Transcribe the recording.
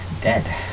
dead